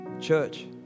church